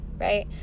right